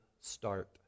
start